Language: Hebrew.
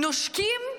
נושקים,